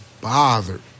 bothered